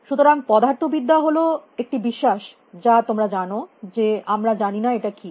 সুতরাং পদার্থবিদ্যা হল একটি বিশ্বাস যা তোমরা জানো যে আমরা জানি না এটা কী